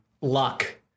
luck